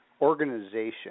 organization